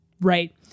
right